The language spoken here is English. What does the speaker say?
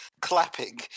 clapping